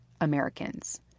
Americans